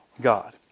God